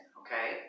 okay